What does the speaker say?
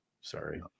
Sorry